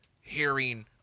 hearing